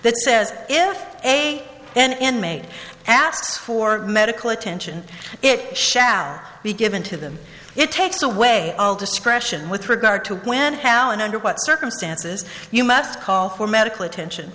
that says if a and maid asks for medical attention it shall be given to them it takes away all discretion with regard to when how and under what circumstances you must call for medical attention